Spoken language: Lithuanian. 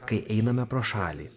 kai einame pro šalį